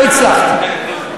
לא הצלחתי.